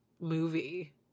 movie